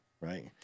Right